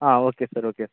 ಹಾಂ okay sir okay